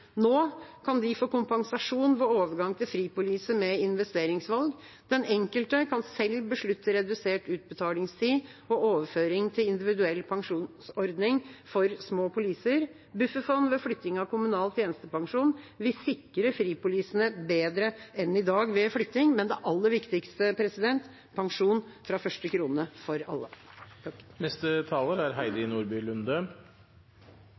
Nå kan de få kompensasjon ved overgang til fripoliser med investeringsvalg. Den enkelte kan selv beslutte redusert utbetalingstid og overføring til individuell pensjonsordning for små poliser. Bufferfond ved flytting av kommunal tjenestepensjon vil sikre fripolisene bedre enn i dag. Men det aller viktigste: pensjon fra første krone for alle. Først takk